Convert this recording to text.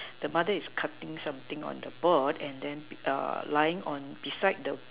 the mother is cutting something on the board and then lying on beside the